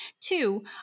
Two